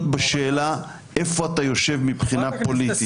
בשאלה איפה אתה יושב מבחינה פוליטית.